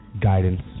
guidance